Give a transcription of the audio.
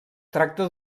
tracta